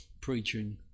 preaching